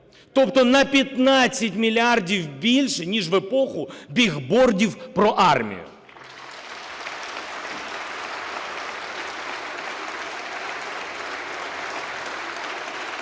тобто на 15 мільярдів більше, ніж в епоху бігбордів про армію. (Оплески)